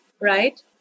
right